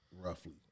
roughly